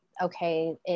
okay